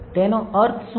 તેનો અર્થ શું છે